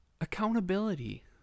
Accountability